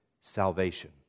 salvation